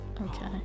Okay